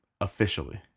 officially